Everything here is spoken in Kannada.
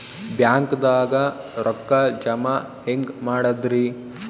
ಬ್ಯಾಂಕ್ದಾಗ ರೊಕ್ಕ ಜಮ ಹೆಂಗ್ ಮಾಡದ್ರಿ?